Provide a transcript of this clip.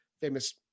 famous